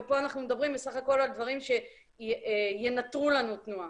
ופה אנחנו מדברים בסך הכול על דברים שינטרו לנו תנועה.